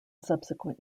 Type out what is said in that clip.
subsequent